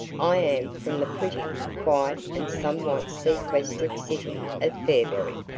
i am from the pretty, quiet and somewhat sequestered city of fairberry.